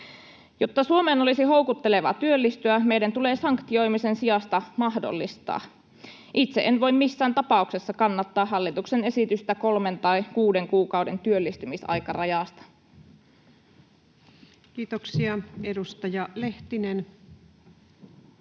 Jotta Suomeen olisi houkuttelevaa työllistyä, meidän tulee sanktioimisen sijasta mahdollistaa. Itse en voi missään tapauksessa kannattaa hallituksen esitystä kolmen tai kuuden kuukauden työllistymisaikarajasta. [Speech 136] Speaker: